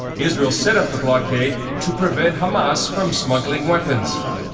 israel set up the blockade to prevent hamas from smuggling weapons.